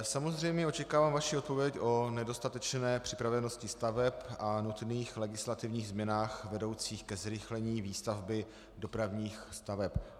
Samozřejmě očekávám vaši odpověď o nedostatečné připravenosti staveb a nutných legislativních změnách vedoucích ke zrychlení výstavby dopravních staveb.